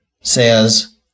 says